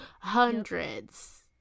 Hundreds